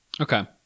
Okay